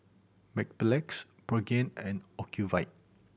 Mepilex Pregain and Ocuvite